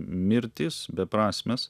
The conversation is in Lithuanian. mirtys beprasmes